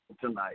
tonight